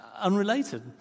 unrelated